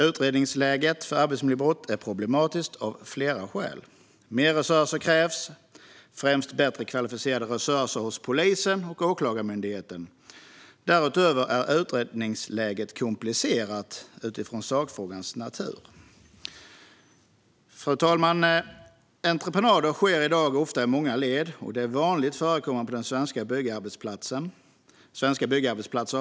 Utredningsläget för arbetsmiljöbrott är problematiskt av flera skäl. Mer resurser krävs, främst bättre kvalificerade resurser hos polisen och Åklagarmyndigheten. Därutöver är utredningsläget komplicerat utifrån sakfrågans natur. Fru talman! Entreprenader sker i dag ofta i många led, och de är vanligt förekommande på svenska byggarbetsplatser. Jag har egen erfarenhet av svenska byggarbetsplatser.